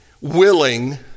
willing